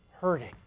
hurting